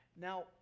Now